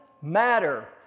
matter